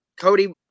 Cody